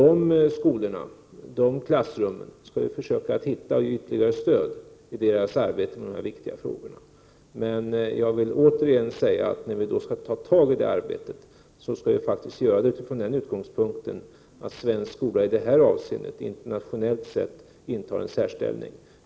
De skolorna och de klassrummen skall vi försöka hitta och ge ytterligare stöd i arbetet med dessa viktiga frågor. Jag vill återigen säga att vi skall ta tag i det arbetet utifrån den utgångspunkten att den svenska skolan i detta avseende internationellt sett intar en särställning.